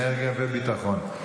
אנרגיה וביטחון.